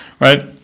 right